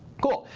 cool.